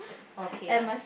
okay lah